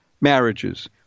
marriages